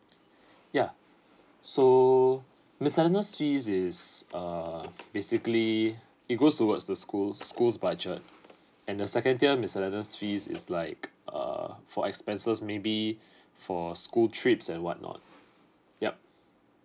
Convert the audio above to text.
ya so miscellaneous fees is uh basically it goes towards to schools schools budget and the second tier miscellaneous fees is like err for expenses maybe for school trips and what not